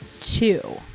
two